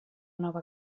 nova